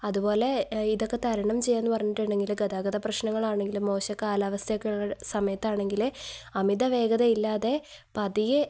അതുപോലെ ഇതൊക്കെ തരണം ചെയ്യുകയെന്നു പറഞ്ഞിട്ടുണ്ടെങ്കില് ഗതാഗത പ്രശ്നങ്ങളാണെങ്കിലും മോശം കാലാവസ്ഥയൊക്കെ സമയത്താണെങ്കില് അമിത വേഗത ഇല്ലാതെ പതിയെ